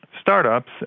startups